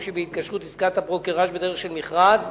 שבהתקשרות עסקת הברוקראז' בדרך של מכרז: